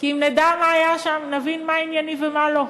כי אם נדע מה היה שם נבין מה ענייני ומה לא.